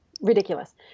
ridiculous